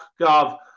Gov